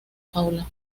paula